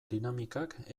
dinamikak